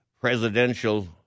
presidential